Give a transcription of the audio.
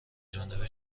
جانب